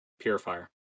Purifier